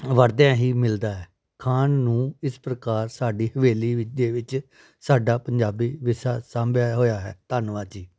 ਵੜਦਿਆਂ ਹੀ ਮਿਲਦਾ ਹੈ ਖਾਣ ਨੂੰ ਇਸ ਪ੍ਰਕਾਰ ਸਾਡੀ ਹਵੇਲੀ ਵਿ ਦੇ ਵਿੱਚ ਸਾਡਾ ਪੰਜਾਬੀ ਵਿਰਸਾ ਸਾਂਭਿਆ ਹੋਇਆ ਹੈ ਧੰਨਵਾਦ ਜੀ